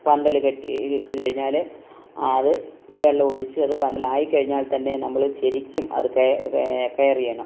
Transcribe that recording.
പന്തല് കെട്ടി ഇട്ട് കഴിഞ്ഞാല് അത് വെള്ളം ഒഴിച്ച് അത് പന്തലായി കഴിഞ്ഞാൽ തന്നെയും നമ്മള് ശരിക്കും അത് കെ കെ കെയറ് ചെയ്യണം